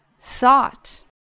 thought